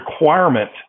requirement